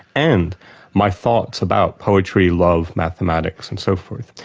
and my thoughts about poetry, love, mathematics, and so forth.